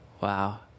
Wow